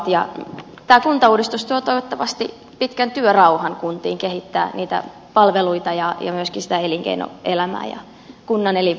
tämä kuntauudistus tuo toivottavasti pitkän työrauhan kuntiin kehittää niitä palveluita ja myöskin sitä elinkeinoelämää ja kunnan elinvoimaa